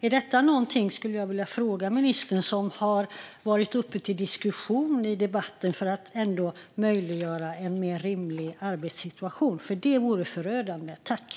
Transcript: Jag skulle vilja fråga ministern om detta är någonting som har varit uppe till diskussion i debatten om att möjliggöra en mer rimlig arbetssituation. Det vore nämligen förödande.